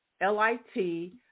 L-I-T